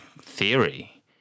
theory